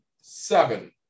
seven